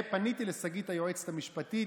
פניתי לשגית היועצת המשפטית,